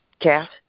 Cass